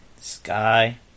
Sky